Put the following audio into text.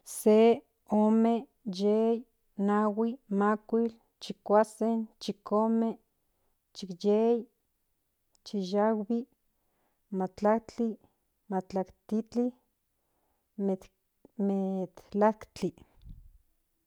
Se ome yei nahui makuil chikuasen chikome chiyei chinahui matlajtlise ma- ma- matlajtliome.